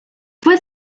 fue